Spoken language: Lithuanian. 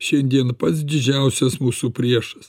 šiandien pats didžiausias mūsų priešas